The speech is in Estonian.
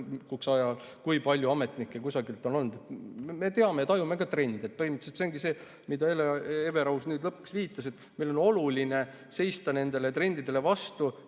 kui palju ametnikke kusagil on olnud. Me peame tajuma ka trende. Põhimõtteliselt see ongi see, millele Hele Everaus nüüd lõpuks viitas, et meile on oluline seista nendele trendidele vastu